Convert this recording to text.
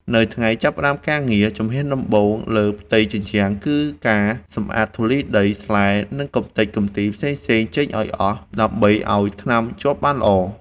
នៅថ្ងៃចាប់ផ្ដើមការងារ ជំហានដំបូងលើផ្ទៃជញ្ជាំងគឺការសម្អាតធូលីដី ស្លែ និងកម្ទេចកម្ទីផ្សេងៗចេញឱ្យអស់ ដើម្បីឱ្យថ្នាំជាប់បានល្អ។